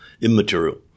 Immaterial